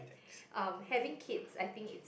um having kids I think it's